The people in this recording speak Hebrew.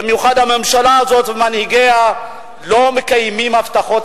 במיוחד הממשלה הזאת ומנהיגיה לא מקיימים הבטחות,